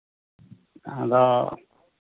ᱟᱫᱚ